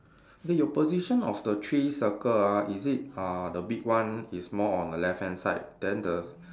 okay your position of the three circle ah is it uh the big one is more on the left hand side then the